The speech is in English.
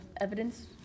evidence